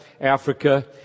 Africa